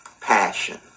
passion